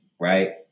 right